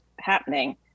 happening